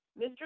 Mr